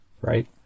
right